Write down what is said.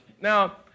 now